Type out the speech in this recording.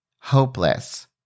hopeless